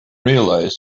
realize